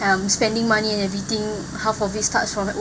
um spending money and everything half of it starts from